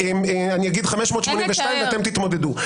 ואז אני אגיד רק 582 ואתם תתמודדו.